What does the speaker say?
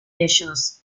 ellos